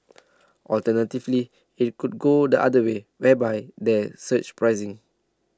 alternatively it could go the other way whereby there's surge pricing